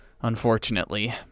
unfortunately